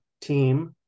team